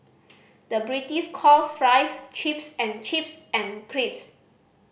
the British calls fries chips and chips and crisp